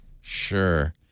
Sure